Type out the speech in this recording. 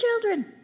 children